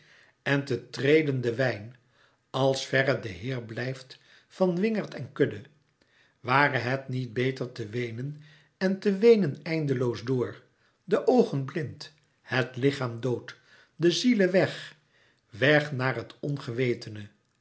en te treden den wijn als verre de heer blijft van wingerd en kudde ware het niet beter te weenen en te ween en eindeloos door de oogen blind het lichaam dood de ziele weg weg naar het ongewetene